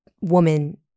woman